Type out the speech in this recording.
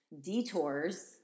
detours